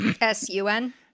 S-U-N